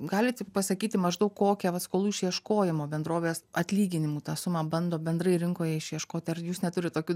galit pasakyti maždaug kokia vat skolų išieškojimo bendrovės atlyginimų tą sumą bando bendrai rinkoj išieškot ar jūs neturit tokių